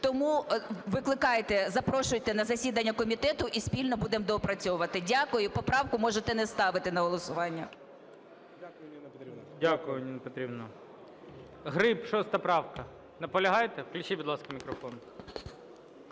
Тому викликайте, запрошуйте на засідання комітету і спільно будемо доопрацьовувати. Дякую. І поправку можете не ставити на голосування. ГОЛОВУЮЧИЙ. Дякую, Ніна Петрівна. Гриб, 6 правка. Наполягаєте? Включіть, будь ласка, мікрофон.